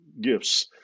gifts